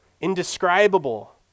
indescribable